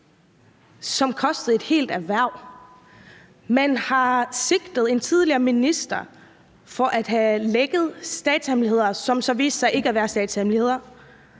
som kostede et helt erhverv. Man har sigtet en tidligere minister for at have lækket statshemmeligheder, som så viste sig ikke at være statshemmeligheder.